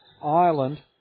Ireland